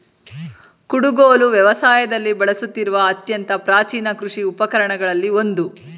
ಕುಡುಗೋಲು ವ್ಯವಸಾಯದಲ್ಲಿ ಬಳಸುತ್ತಿರುವ ಅತ್ಯಂತ ಪ್ರಾಚೀನ ಕೃಷಿ ಉಪಕರಣಗಳಲ್ಲಿ ಒಂದು